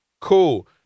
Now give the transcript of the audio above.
cool